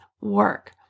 work